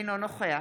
אינו נוכח